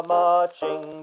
marching